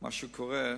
במה שקורה.